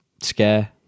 scare